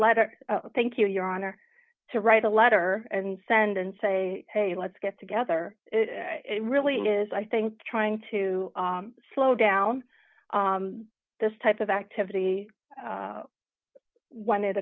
letter thank you your honor to write a letter and send and say hey let's get together it really is i think trying to slow down this type of activity when it